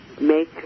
make